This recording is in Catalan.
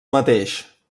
mateix